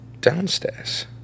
downstairs